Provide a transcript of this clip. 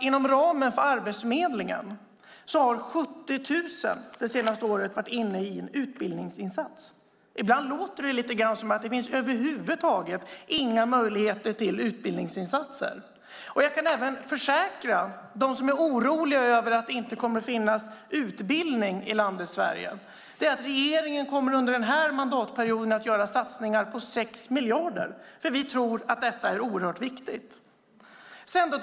Inom ramen för Arbetsförmedlingen har 70 000 det senaste året varit inne i en utbildningsinsats. Ibland låter det som om det inte finns några möjligheter till utbildningsinsatser över huvud taget. Jag kan försäkra dem som är oroliga över att det inte kommer att finnas utbildning i Sverige att regeringen under den här mandatperioden kommer att göra satsningar på 6 miljarder eftersom man tycker att detta är oerhört viktigt.